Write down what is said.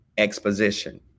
exposition